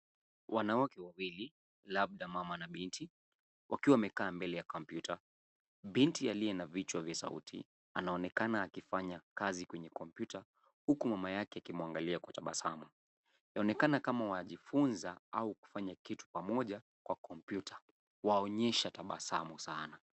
Wanawake wawili labda mama na binti wakiwa wamekaa mbele ya computer . Binti aliye na vitu vya sauti anaonekana akifanya kazi kwenye kompyuta huku mama yake akimwangalia kwa tabasamu. Yaonekana kama wajifunza au kufanya kitu pamoja kwa kompyuta. Waonyesha tabasamu sana.